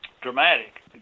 dramatic